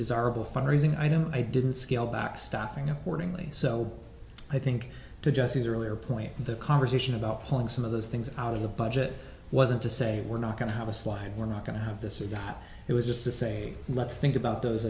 desirable fund raising i don't i didn't scale back staffing accordingly so i think to jesse the earlier point in the conversation about pulling some of those things out of the budget wasn't to say we're not going to have a slide we're not going to have this or that it was just to say let's think about those